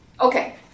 Okay